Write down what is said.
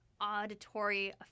auditory